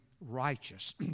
righteous